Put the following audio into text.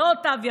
לא תו ירוק,